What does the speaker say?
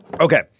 Okay